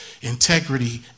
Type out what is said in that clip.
integrity